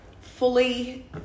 fully